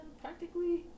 practically